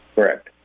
Correct